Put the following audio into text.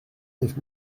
neuf